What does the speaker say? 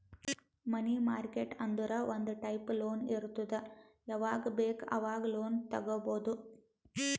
ಮನಿ market ಅಂದುರ್ ಒಂದ್ type loan ಇರ್ತುದ್ ಯಾವಾಗ್ ಬೇಕ್ ಆವಾಗ್ ಲೋನ್ ತಗೊಬೋದ್